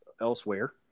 elsewhere